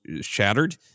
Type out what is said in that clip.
shattered